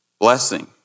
Blessing